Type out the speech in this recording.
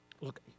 look